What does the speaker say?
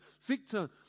Victor